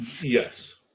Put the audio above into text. Yes